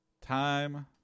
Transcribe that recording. Time